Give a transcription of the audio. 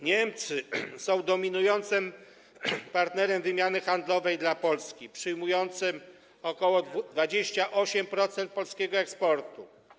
Niemcy są dominującym partnerem w wymianie handlowej dla Polski, przyjmującym ok. 28% polskiego eksportu.